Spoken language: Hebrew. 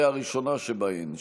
והראשונה שבהן,